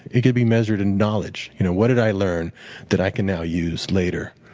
it could be measured in knowledge you know what did i learn that i can now use later?